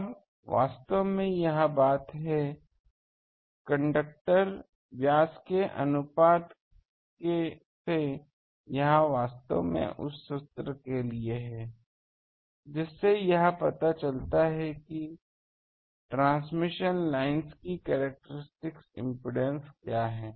अब वास्तव में यह बात है व्यास के अनुपात से यह वास्तव में उस सूत्र के लिए है जिससे यह पता चलता है कि ट्रांसमिशन लाइन्स की कैरेक्टरिस्टिक इम्पीडेन्स क्या है